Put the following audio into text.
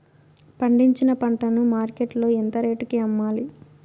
పండించిన పంట ను మార్కెట్ లో ఎంత రేటుకి అమ్మాలి?